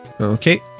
Okay